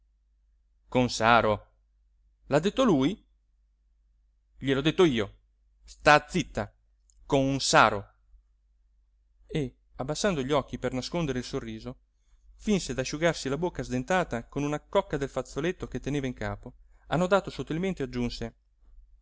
con saro l'ha detto lui gliel'ho detto io sta zitta con saro e abbassando gli occhi per nascondere il sorriso finse d'asciugarsi la bocca sdentata con una cocca del fazzoletto che teneva in capo annodato sotto il mento e aggiunse